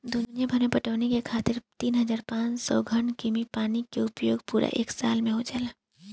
दुनियाभर में पटवनी खातिर तीन हज़ार पाँच सौ घन कीमी पानी के उपयोग पूरा एक साल में हो जाला